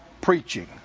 preaching